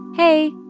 Hey